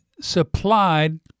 supplied